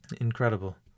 Incredible